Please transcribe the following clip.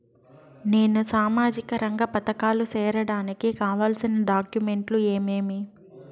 నేను సామాజిక రంగ పథకాలకు సేరడానికి కావాల్సిన డాక్యుమెంట్లు ఏమేమీ?